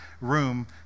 room